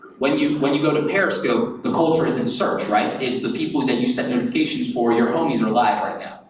when you when you go to periscope, the culture isn't search, right? it's the people that and and you sent notifications or your homies are live right